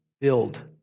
Build